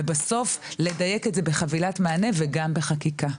ובסוף לדייק את זה בחבילת מענה וגם בחקיקה.